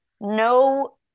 no